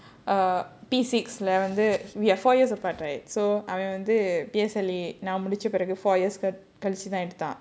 you know fun fact ya uh P six eleven வந்து:vandhu we are four years apart right so அவன் வந்து:avan vandhu P_S_L_E நான் முடிச்ச பிறகு:naan mudicha piragu four years கழிச்சுத்தான் எடுத்தான்:kalichuthaan eduthaan